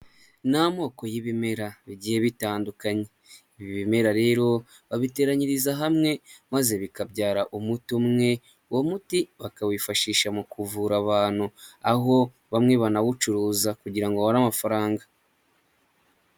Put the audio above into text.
Ni amoko y'ibimera bigiye bitandukanye, ibi bimera rero babiteranyiriza hamwe maze bikabyara umuti umwe, uwo muti bakawifashisha mu kuvura abantu, aho bamwe banawucuruza kugira ngo babone amafaranga.